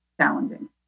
challenging